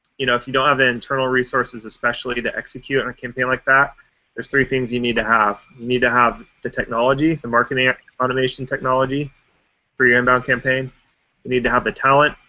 you know if you don't have the internal resources especially to execute and a campaign like that there are three things you need to have. you need to have the technology, the marketing automation technology for your inbound campaign. you need to have the talent.